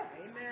Amen